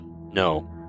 no